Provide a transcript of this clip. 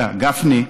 גפני.